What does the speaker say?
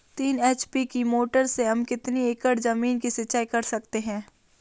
तीन एच.पी की मोटर से हम कितनी एकड़ ज़मीन की सिंचाई कर सकते हैं?